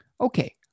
Okay